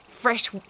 fresh